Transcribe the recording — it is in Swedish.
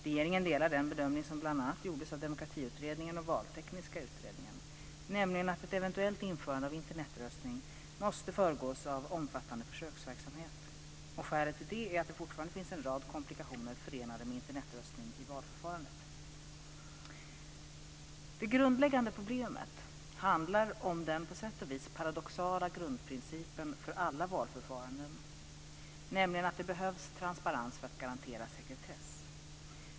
Regeringen delar den bedömning som bl.a. gjorts av Demokratiutredningen och Valtekniska utredningen, nämligen att ett eventuellt införande av Internetröstning måste föregås av omfattande försöksverksamhet. Skälet till detta är att det fortfarande finns en rad komplikationer förenade med Internetröstning i valförfarandet. Det grundläggande problemet handlar om den på sätt och vis paradoxala grundprincipen för alla valförfaranden, nämligen att det behövs transparens för att garantera sekretess.